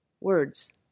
Words